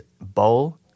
bowl